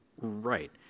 Right